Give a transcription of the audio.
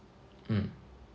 mm